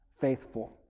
faithful